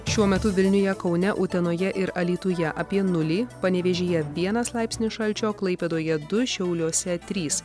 šiuo metu vilniuje kaune utenoje ir alytuje apie nulį panevėžyje vienas laipsnį šalčio klaipėdoje du šiauliuose trys